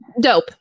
Dope